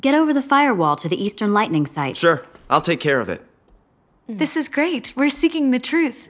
get over the fire wall to the eastern lightning site sure i'll take care of it this is great we're seeking the truth